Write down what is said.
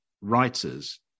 writers